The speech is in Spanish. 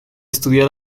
estudiar